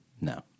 No